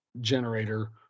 generator